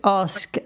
ask